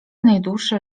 najdłuższe